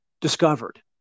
discovered